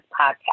podcast